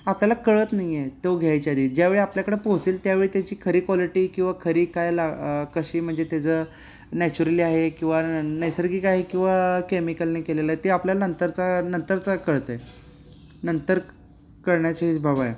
आपल्याला कळत नाही आहे तो घ्यायच्या आधी ज्यावेळी आपल्याकडं पोहचेल त्यावेळी त्याची खरी क्वालिटी किंवा खरी काय ला कशी म्हणजे त्याचं नॅचरली आहे किंवा न नैसर्गिक आहे किंवा केमिकलने केलेलं आहे ते आपल्याला नंतरचा नंतरचा कळतं आहे नंतर कळण्याची हीच बाब आहे